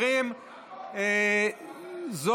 בואו נשמע.